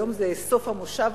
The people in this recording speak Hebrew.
היום זה סוף המושב,